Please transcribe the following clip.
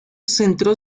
centró